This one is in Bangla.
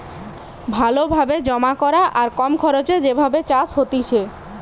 ভালো ভাবে জমা করা আর কম খরচে যে ভাবে চাষ হতিছে